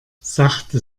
sachte